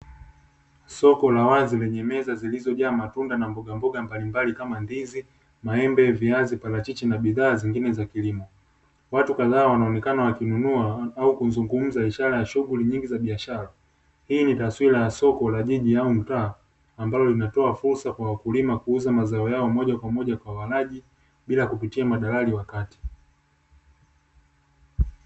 Sokola wazi lenye meza zilizojaa matunda na mbogamboga mbalimbali kama: ndizi, maembe, parachichi, viazi na bidhaa zingine za kilimo; watu kadhaa wakionekana kununua au kuzungumza ishara ya shughuli ya biashara, hii ni taswira ya soko la jiji au mtaa ambalo linatoa furusa kwa wakulima kuuza mazao ya moja kwa moja kwa wanunuaji bila kupitia kwa madalali.